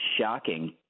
shocking